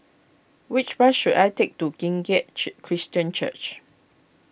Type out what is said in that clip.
which bus should I take to Kim Keat Chi Christian Church